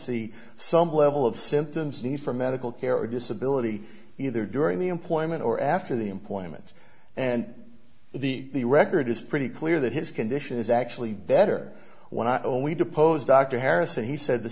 see some level of symptoms need for medical care or disability either during the employment or after the employment and the record is pretty clear that his condition is actually better when i only deposed dr harris and he said the